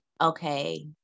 okay